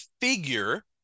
figure